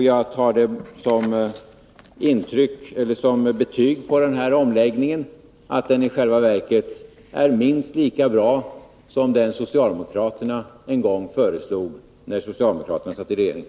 Jag tar det som ett betyg på denna omläggning, nämligen att den i själva verket är minst lika bra som den socialdemokraterna en gång föreslog när de satt i regeringen.